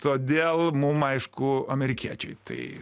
todėl mum aišku amerikiečiai tai